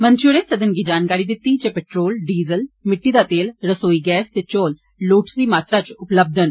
मंत्री होरें सदन गी जानकारी दिती जे पेट्रोल डीजल मिट्टी दा तेल रसोई गैस ते चौल लोड़चदी गिनतरी च मौजूद न